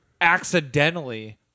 accidentally